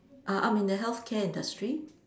uh I'm in the healthcare industry